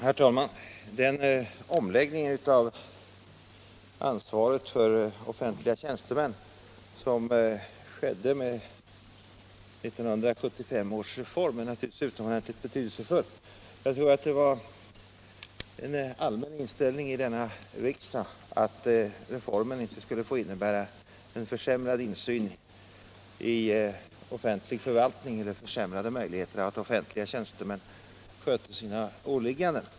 Herr talman! Den omläggning av ansvaret för offentliga tjänstemän som skedde med 1975 års reform är naturligtvis utomordentligt betydelsefull. Jag tror att det var en allmän inställning i denna riksdag att reformen inte skulle få innebära en försämrad insyn i offentlig förvaltning eller försämrade möjligheter att kontrollera att offentliga tjänstemän skö ter sina åligganden.